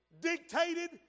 Dictated